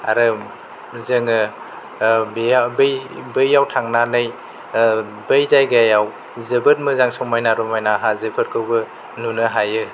आरो जोङो बैयाव थांनानै बै जायगायाव जोबोद मोजां समायना रमायना हाजोफोरखौबो नुनो हायो